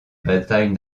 batailles